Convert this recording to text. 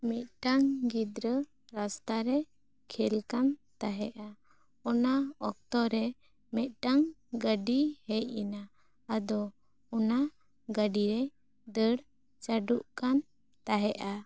ᱢᱤᱫᱴᱟᱝ ᱜᱤᱫᱽᱨᱟᱹ ᱨᱟᱥᱛᱟ ᱨᱮ ᱠᱷᱮᱞ ᱠᱟᱱ ᱛᱟᱦᱮᱸᱜᱼᱟ ᱚᱱᱟ ᱚᱠᱛᱚ ᱨᱮ ᱢᱤᱫᱴᱟᱝ ᱜᱟᱹᱰᱤ ᱦᱮᱡ ᱮᱱᱟ ᱟᱫᱚ ᱚᱱᱟ ᱜᱟᱹᱰᱤ ᱨᱮ ᱫᱟᱹᱲ ᱪᱟᱹᱰᱩᱜ ᱠᱟᱱ ᱛᱟᱦᱮᱸᱜᱼᱟ